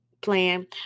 plan